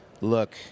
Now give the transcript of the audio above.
look